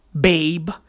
babe